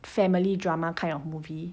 family drama kind of movie